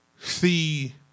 see